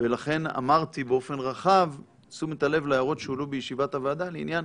ולכן אמרתי באופן רחב "תשומת הלב להערות שהועלו בישיבת הוועדה לעניין